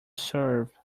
serve